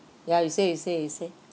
ya you say you say you say